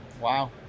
Wow